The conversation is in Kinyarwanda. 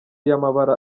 y’amabara